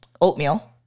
oatmeal